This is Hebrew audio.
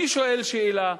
אני שואל שאלה: